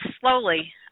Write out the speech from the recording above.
slowly